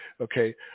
Okay